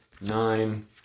nine